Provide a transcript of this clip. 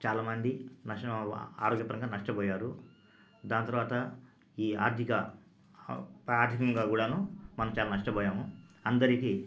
చాలా మంది నష్టనం ఆరోగ్యపరంగా నష్టపోయారు దాని తర్వాత ఈ ఆర్థిక ఆర్ధికంగా కూడా మనం చాలా నష్టపోయాము అందరికీ